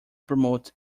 promote